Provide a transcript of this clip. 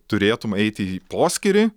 turėtum eiti į poskyrį